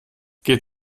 geht